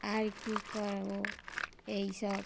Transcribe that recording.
আর কী করব এইসব